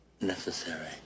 necessary